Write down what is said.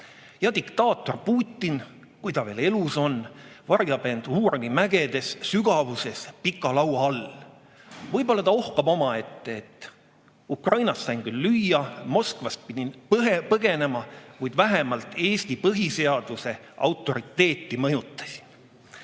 ja diktaator Putin, kui ta veel elus on, varjab end Uurali mägede sügavuses pika laua all. Võib-olla ta ohkab omaette, et Ukrainas sain küll lüüa ja Moskvast pidin põgenema, kuid vähemalt Eesti põhiseaduse autoriteeti mõjutasin.